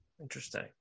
Interesting